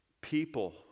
people